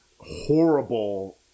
horrible